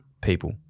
people